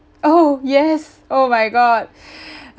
oh yes oh my god